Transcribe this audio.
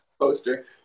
poster